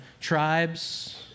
tribes